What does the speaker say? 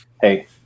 hey